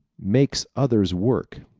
makes others work